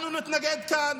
אנחנו נתנגד כאן.